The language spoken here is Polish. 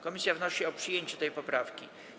Komisja wnosi o przyjęcie tej poprawki.